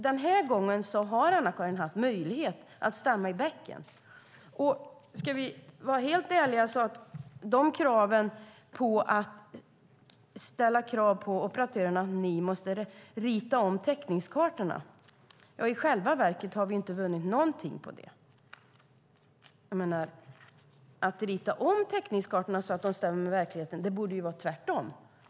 Den här gången har Anna-Karin Hatt möjlighet att stämma i bäcken. Ska vi vara helt ärliga när det gäller kraven på operatörerna att rita om täckningskartorna har vi i själva verket inte vunnit någonting på det. Täckningskartorna borde inte ritas om så att de stämmer med verkligheten, utan det borde vara tvärtom.